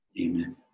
Amen